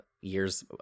years